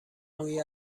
بوی